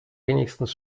wenigstens